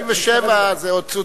67 זה עוד צוציק.